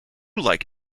like